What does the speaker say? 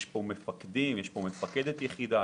יש פה מפקדת יחידה,